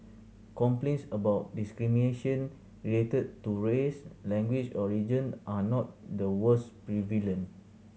complaints about discrimination related to race language or religion are not the was prevalent